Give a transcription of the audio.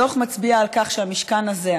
הדוח מצביע על כך שהמשכן הזה,